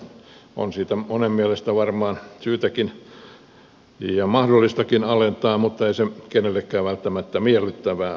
sitä on monen mielestä varmaan syytäkin ja mahdollistakin alentaa mutta ei se kenellekään välttämättä miellyttävää ole